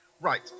Right